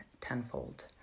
tenfold